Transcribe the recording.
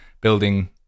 building